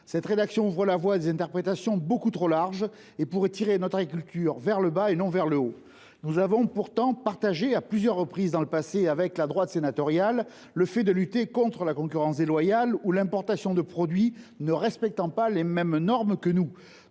Cette rédaction ouvre la voie à des interprétations beaucoup trop larges et pourrait tirer notre agriculture vers le bas plutôt que vers le haut. Nous avons pourtant, à plusieurs reprises dans le passé, partagé avec la droite sénatoriale la volonté de lutter contre la concurrence déloyale et l’importation de produits ne respectant pas les mêmes normes que les